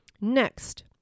Next